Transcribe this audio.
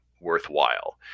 worthwhile